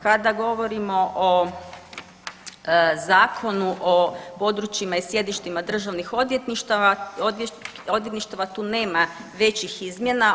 Kada govorimo o Zakonu o područjima i sjedištima državnih odvjetništava tu nema većih izmjena.